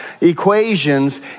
equations